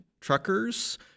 truckers